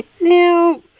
Now